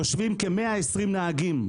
יושבים כ-120 נהגים,